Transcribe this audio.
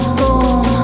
boom